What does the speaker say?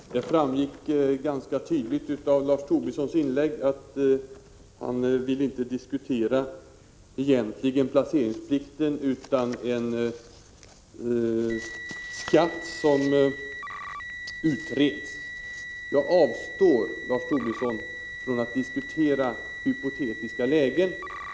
Fru talman! Det framgick ganska tydligt av Lars Tobissons inlägg att han egentligen inte vill diskutera placeringsplikten utan en skatt som utreds. Jag avstår, Lars Tobisson, från att diskutera hypotetiska lägen.